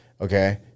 Okay